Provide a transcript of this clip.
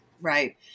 Right